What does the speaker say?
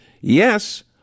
Yes